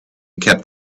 kept